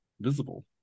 visible